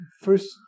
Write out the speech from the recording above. First